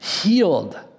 Healed